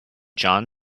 jon